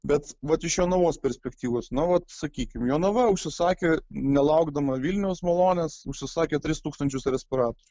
bet vat iš jonavos perspektyvos nu vat sakykim jonava užsisakė nelaukdama vilniaus malonės užsisakė tris tūkstančius respiratorių